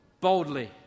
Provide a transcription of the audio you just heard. boldly